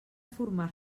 formar